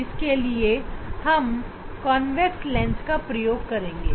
जिसके लिए हम कॉन्वेक्स लेंस का प्रयोग करेंगे